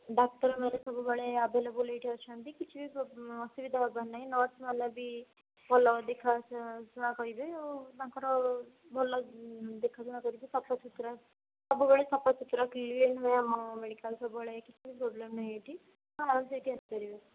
ଡାକ୍ତରମାନେ ସବୁବେଳେ ଆଭେଲେବୁଲ୍ ଏଇଠି ଅଛନ୍ତି କିଛି ବି ପ୍ରୋ ଅସୁବିଧା ହବାର ନାହଁ ନର୍ସମାନେ ବି ଭଲ ଦେଖା ଶୁ ଶୁଣା କରିବେ ଆଉ ତାଙ୍କର ଭଲ ଦେଖାଶୁଣା କରିବେ ସଫାସୁତୁରା ସବୁବେଳେ ସଫାସୁତୁରା କ୍ଳିନ୍ ରୁହେ ଆମ ମେଡ଼ିକାଲ୍ ସବୁବେଳେ କିଛି ପ୍ରୋବ୍ଲେମ୍ ନାହିଁ ଏଇଠି ତ ଆରାମ ସେ ଏଇଠି ଆସିପାରିବେ